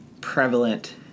prevalent